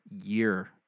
year